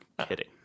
kidding